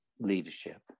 leadership